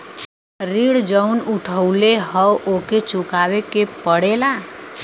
ऋण जउन उठउले हौ ओके चुकाए के पड़ेला